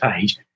page